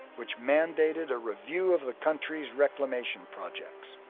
which mandated a review of the countries reclamation projects.